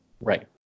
Right